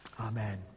Amen